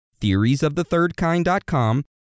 theoriesofthethirdkind.com